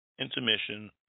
Intermission